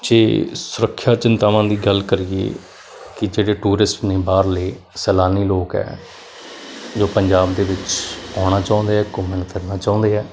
ਜੇ ਸੁਰੱਖਿਆ ਚਿੰਤਾਵਾਂ ਦੀ ਗੱਲ ਕਰੀਏ ਕਿ ਜਿਹੜੇ ਟੂਰਿਸਟ ਨੇ ਬਾਹਰਲੇ ਸੈਲਾਨੀ ਲੋਕ ਹੈ ਜੋ ਪੰਜਾਬ ਦੇ ਵਿੱਚ ਆਉਣਾ ਚਾਹੁੰਦੇ ਆ ਘੁੰਮਣਾ ਫਿਰਨਾ ਚਾਹੁੰਦੇ ਆ